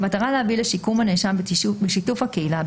במטרה להביא לשיקום הנאשם בשיתוף הקהילה,